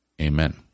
Amen